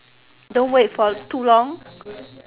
don't wait for too long